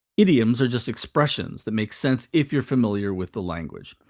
idioms are just expressions that make sense if you're familiar with the language.